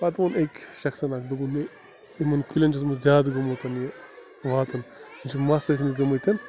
پَتہٕ ووٚن أکۍ شخصَن اَکھ دوٚپُن مےٚ یِمَن کُلٮ۪ن چھِ اوسمُت زیادٕ گوٚمُت یہِ واتُن یہِ چھِ مَس ٲسۍمٕتۍ گٔمٕتۍ